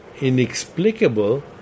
Inexplicable